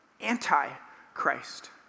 anti-Christ